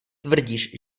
tvrdíš